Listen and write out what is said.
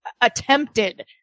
attempted